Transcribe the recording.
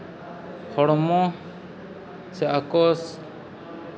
ᱦᱚᱲᱢᱚ ᱥᱮ ᱟᱠᱚ